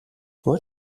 what